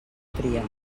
tria